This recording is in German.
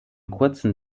kurzen